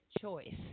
choice